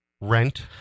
Rent